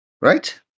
Right